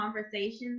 conversations